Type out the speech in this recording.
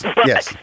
yes